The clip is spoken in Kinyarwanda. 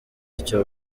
icyo